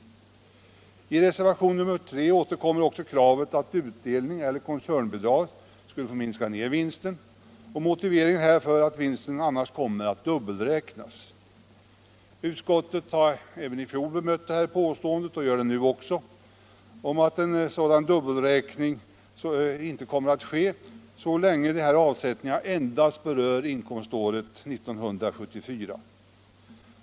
I reservationen 3 återkommer också kravet att utdelning eller koncernbidrag skall få minska vinsten, och motiveringen härför är att vinsten annars kommer att dubbelräknas. Utskottet har i fjol bemött detta påstående — och gör det även nu — och framhåller att en sådan dubbelräkning inte kommer att ske så länge avsättningarna endast berör inkomståret 1974.